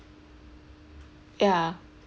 ya